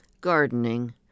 gardening